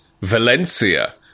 valencia